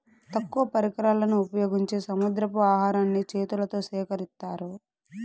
తక్కువ పరికరాలను ఉపయోగించి సముద్రపు ఆహారాన్ని చేతులతో సేకరిత్తారు